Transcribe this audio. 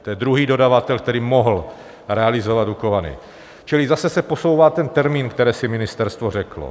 To je druhý dodavatel, který mohl realizovat Dukovany, čili zase se posouvá ten termín, který si ministerstvo řeklo.